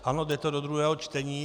Ano, jde to do druhého čtení.